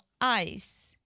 eyes